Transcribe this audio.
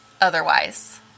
otherwise